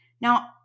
Now